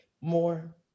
more